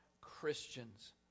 Christians